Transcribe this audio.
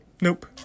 Nope